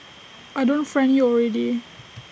I don't friend you already